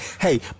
Hey